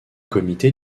comité